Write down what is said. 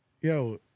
Yo